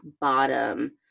bottom